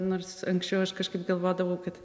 nors anksčiau aš kažkaip galvodavau kad